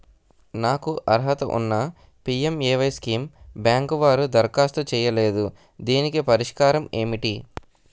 నాకు అర్హత ఉన్నా పి.ఎం.ఎ.వై స్కీమ్ బ్యాంకు వారు దరఖాస్తు చేయలేదు దీనికి పరిష్కారం ఏమిటి?